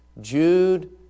Jude